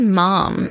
mom